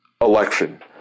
election